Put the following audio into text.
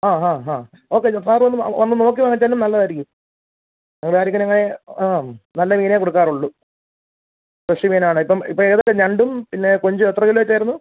ആ ഹാ ഹാ ഓക്കേ സാറ് വന്ന് നോക്കി വാങ്ങിച്ചാലും നല്ലതായിരിക്കും ആ നല്ല മീനെ കൊടുക്കാറുള്ളു ഫ്രഷ് മീനാണ് ഇപ്പം ഇപ്പം ഏതൊക്കെ ഞണ്ടും പിന്നെ കൊഞ്ചും എത്ര കിലോയ്ക്ക് ആയിരുന്നു